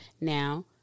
Now